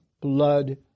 blood